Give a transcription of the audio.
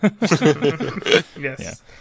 yes